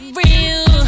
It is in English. real